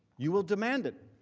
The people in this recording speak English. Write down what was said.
you will demand it.